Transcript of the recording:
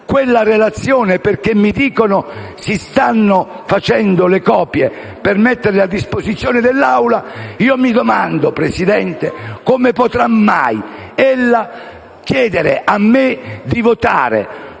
quella relazione, perché mi dicono che si stanno facendo le copie per metterle a disposizione dell'Assemblea, mi pongo la seguente domanda: signor Presidente, come potrà mai ella chiedere a me di votare